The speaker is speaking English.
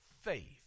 faith